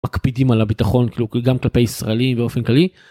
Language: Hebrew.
מקפידים על הביטחון כאילו גם כלפי ישראלי באופן כללי.